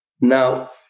Now